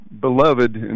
beloved